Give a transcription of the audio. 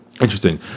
interesting